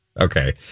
Okay